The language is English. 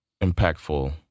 impactful